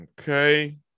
Okay